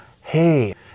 hey